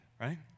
right